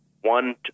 one